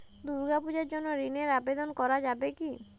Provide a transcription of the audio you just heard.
দুর্গাপূজার জন্য ঋণের আবেদন করা যাবে কি?